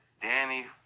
Danny